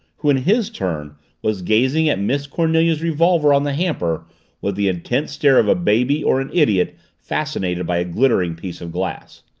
who in his turn was gazing at miss cornelia's revolver on the hamper with the intent stare of a baby or an idiot fascinated by a glittering piece of glass.